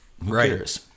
Right